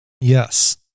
yes